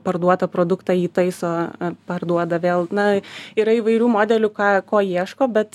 parduotą produktą jį taiso parduoda vėl na yra įvairių modelių ką ko ieško bet